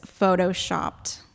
photoshopped